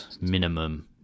minimum